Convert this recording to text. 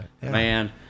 Man